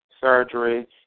surgery